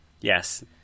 Yes